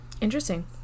interesting